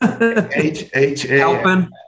H-H-A